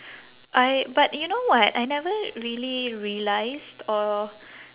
I but you know what I never really realised or